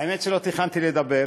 האמת, לא תכננתי לדבר.